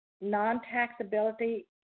non-taxability